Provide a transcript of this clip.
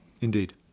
indeed